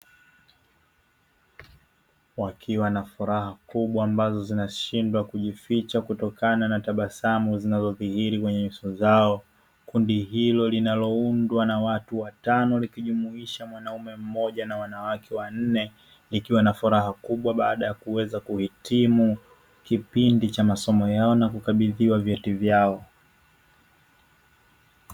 Wakiwa na furaha kubwa ambazo zinashindwa kujificha kutokana na tabasamu zinazodhihiri kwenye nyuso zao. Kundi hilo linaloundwa na watu watano likijumuisha mwanaume mmoja na wanawake wanne. Likiwa na furaha kubwa baada ya kuweza kuhitimu kipindi cha masomo yao na kukabidhiwa vyeti vyao.